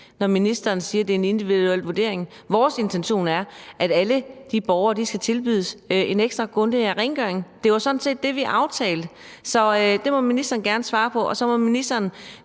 Ministeren siger, at det er en individuel vurdering. Vores intention er, at alle de borgere skal tilbydes en ekstra, grundigere rengøring, og det var sådan set det, vi aftalte. Det må ministeren gerne svare på. Nu siger ministeren,